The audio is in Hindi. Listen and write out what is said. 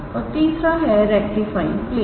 और तीसरा है रेक्टिफाइंग प्लेन